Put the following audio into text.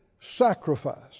sacrifice